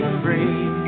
free